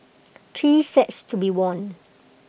three sets to be won